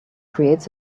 creates